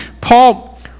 Paul